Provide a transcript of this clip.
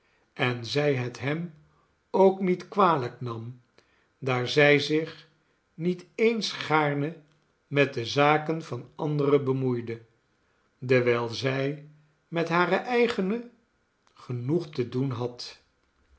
en zij het hem ook niet kwalijk nam daar zij zich niet eens gaarne met de zaken van anderen bemoeide dewijl zij met hare eigene genoeg te doen had